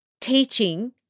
teaching